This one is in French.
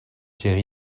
jerry